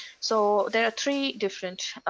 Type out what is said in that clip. so there are three different